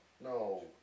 No